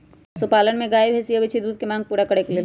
पशुपालन में गाय भइसी आबइ छइ दूध के मांग पुरा करे लेल